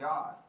God